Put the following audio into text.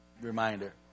reminder